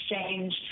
exchange